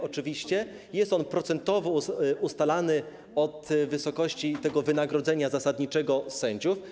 Oczywiście jest on procentowo ustalany od wysokości wynagrodzenia zasadniczego sędziów.